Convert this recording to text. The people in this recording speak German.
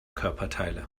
körperteile